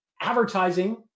advertising